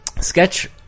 Sketch